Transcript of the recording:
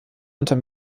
unter